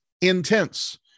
intense